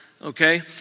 okay